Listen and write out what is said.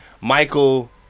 Michael